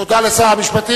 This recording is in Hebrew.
תודה לשר המשפטים.